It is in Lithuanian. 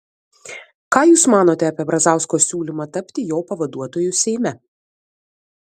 ką jūs manote apie brazausko siūlymą tapti jo pavaduotoju seime